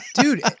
dude